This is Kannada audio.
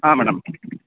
ಹಾಂ ಮೇಡಮ್